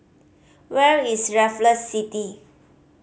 where is Raffles City